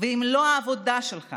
ואם לא העבודה שלך